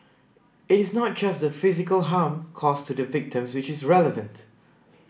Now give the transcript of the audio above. it is not just the physical harm caused to the victims which is relevant